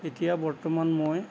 এতিয়া বৰ্তমান মই